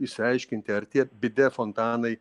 išsiaiškinti ar tie bidė fontanai